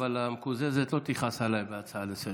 אבל המקוזזת לא תכעס עליי בהצעה לסדר-היום,